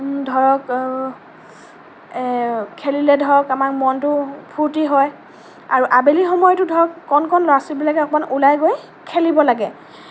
ধৰক খেলিলে ধৰক আমাৰ মনটো ফুৰ্তি হয় আৰু আবেলি সময়তো ধৰক কণ কণ ল'ৰা ছোৱালীবিলাকে অকণমান ওলাই গৈ খেলিব লাগে